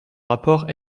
rapport